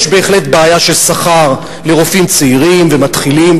יש בהחלט בעיה של שכר לרופאים צעירים ומתחילים,